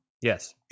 Yes